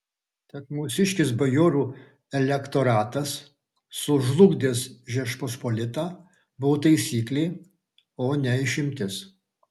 tad mūsiškis bajorų elektoratas sužlugdęs žečpospolitą buvo taisyklė o ne išimtis